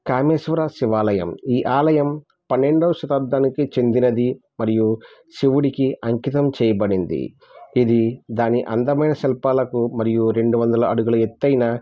కామేశ్వర శివాలయం ఈ ఆలయం పన్నెండవ శతాబ్దంకి చెందినది మరియు శివుడికి అంకితం చేయబడింది ఇది దాని అందమైన శిల్పాలకు మరియు రెండు వందల అడుగులు ఎత్తైన